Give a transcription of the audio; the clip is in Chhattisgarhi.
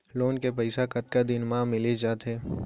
लोन के पइसा कतका दिन मा मिलिस जाथे?